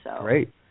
Great